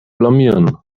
blamieren